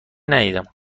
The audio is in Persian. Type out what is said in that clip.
ندیدم